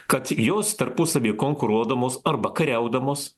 kad jos tarpusavyje konkuruodamos arba kariaudamos